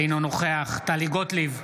אינו נוכח טלי גוטליב,